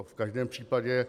To v každém případě.